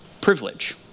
privilege